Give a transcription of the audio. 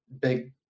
big